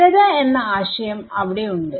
സ്ഥിരത എന്ന ആശയം അവിടെ ഉണ്ട്